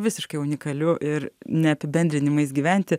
visiškai unikaliu ir ne apibendrinimais gyventi